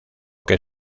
que